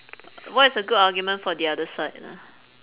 what is a good argument for the other side ah